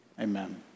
Amen